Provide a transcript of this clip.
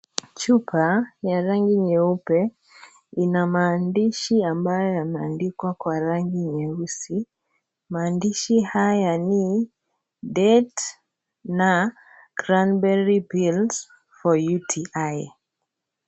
Chupa ya rangi nyeupe ina maandishi ambayo yameandikwa kwa rangi nyeusi maandishi haya ni date na ranbery pills for UTI